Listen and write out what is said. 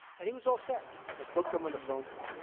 and he was all set. i spoke to him on the phone.